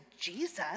Jesus